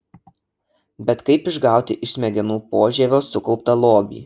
bet kaip išgauti iš smegenų požievio sukauptą lobį